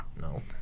No